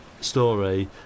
story